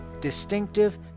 distinctive